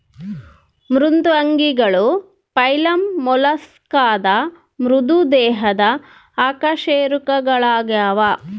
ಮೃದ್ವಂಗಿಗಳು ಫೈಲಮ್ ಮೊಲಸ್ಕಾದ ಮೃದು ದೇಹದ ಅಕಶೇರುಕಗಳಾಗ್ಯವ